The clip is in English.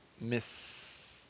Miss